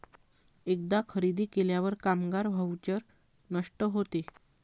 एकदा खरेदी केल्यावर कामगार व्हाउचर नष्ट होते